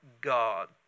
God